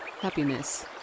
Happiness